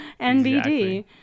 NBD